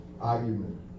argument